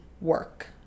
work